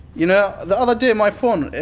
you know the other day my phone,